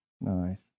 Nice